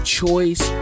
choice